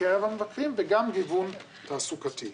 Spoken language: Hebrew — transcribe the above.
בקרב המבקרים, וגם גיוון תעסוקתי.